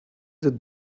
did